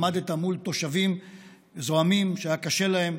עמדת מול תושבים זועמים שהיה קשה להם,